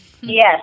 Yes